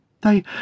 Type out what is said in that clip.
They